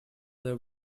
their